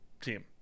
team